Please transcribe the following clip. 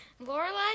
Lorelai